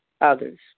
others